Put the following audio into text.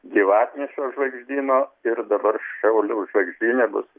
gyvatnešio žvaigždyno ir dabar šaulių žvaigždyne bus